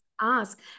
ask